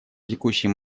текущий